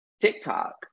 TikTok